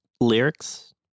lyrics